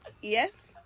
Yes